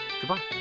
Goodbye